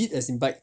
bit as in bite